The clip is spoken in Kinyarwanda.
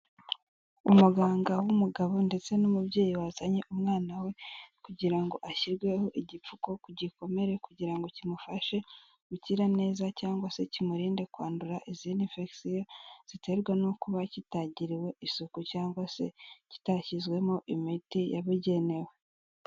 Umuganga w'umugabo ndetse n'umubyeyi wazanye umwana we kugira ngo ashyirweho igipfuko ku gikomere, kugira ngo kimufashe gukira neza cyangwa se kimurinde kwandura izindi emfegisiyo ziterwa no kuba kitagiriwe isuku cyangwa se kitashyizwemo imiti yabugenewe.